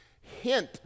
hint